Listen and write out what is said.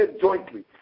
jointly